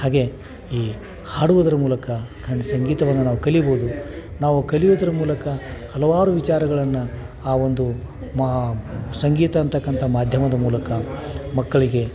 ಹಾಗೇ ಈ ಹಾಡುವುದರ ಮೂಲಕ ಕಣ್ ಸಂಗೀತವನ್ನು ನಾವು ಕಲಿಬೋದು ನಾವು ಕಲಿಯೋದರ ಮೂಲಕ ಹಲವಾರು ವಿಚಾರಗಳನ್ನು ಆ ಒಂದು ಸಂಗೀತ ಅಂತಕ್ಕಂಥ ಮಾಧ್ಯಮದ ಮೂಲಕ ಮಕ್ಕಳಿಗೆ